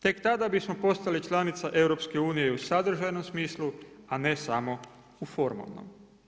Tek tada bismo postali članica EU i u sadržajnom smislu, a ne samo u formalnom.